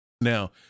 Now